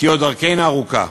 כי עוד דרכנו ארוכה,